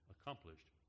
accomplished